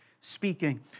speaking